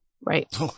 Right